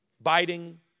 biting